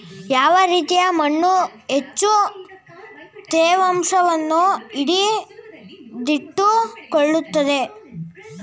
ಯಾವ ರೀತಿಯ ಮಣ್ಣು ಹೆಚ್ಚು ತೇವಾಂಶವನ್ನು ಹಿಡಿದಿಟ್ಟುಕೊಳ್ಳುತ್ತದೆ?